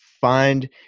find